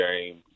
game